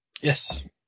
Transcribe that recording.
Yes